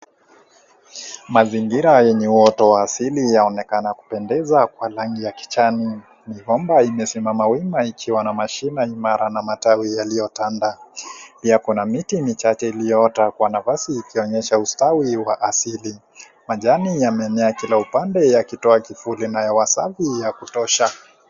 Mazingira yenye uoto wa asili yaonekana kupendeza kwa rangi ya kijani. Migomba imesimama wima ikiwa na mashina imara na matawi yaliyotanda. Pia kuna miti michache iliyoota kwa nafasi ikionyesha ustawi wa asili. Majani yamemea kila upande yakitoa kivuli na hewa safi ya kutosha.